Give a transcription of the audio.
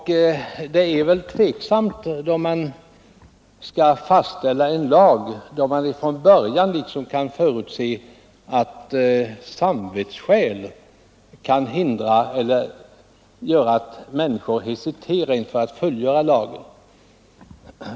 Situationen är väl något tvivelaktig, om man skall anta en lag och redan från början kan förutse att människor av samvetsskäl kan känna sig hindrade eller åtminstone tveka inför att följa lagen.